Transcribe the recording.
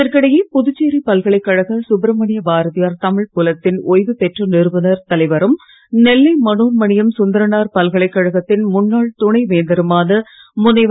இதற்கிடையே புதுச்சேரி பல்கலைக்கழக சுப்ரமணிய பாரதியார் தமிழ்ப் புலத்தின் ஓய்வுபெற்ற நிறுவனர் தலைவரும் நெல்லை மணோன்மணியம் சுந்தரனார் பல்கலைக்கழகத்தின் முன்னாள் துணைவேந்தருமான முனைவர்